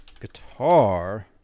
guitar